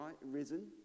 risen